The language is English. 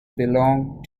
belong